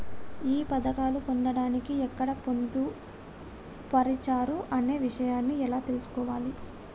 ఈ పథకాలు పొందడానికి ఎక్కడ పొందుపరిచారు అనే విషయాన్ని ఎలా తెలుసుకోవాలి?